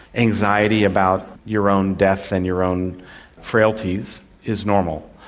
anxiety about your own death and your own frailties is normal.